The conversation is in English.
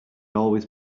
always